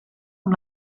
amb